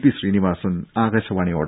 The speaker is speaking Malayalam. പി ശ്രീനിവാസൻ ആകാശവാണിയോട്